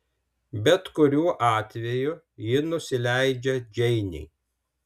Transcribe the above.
bet kuriuo atveju ji nusileidžia džeinei